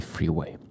Freeway